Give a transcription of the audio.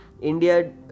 India